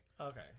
Okay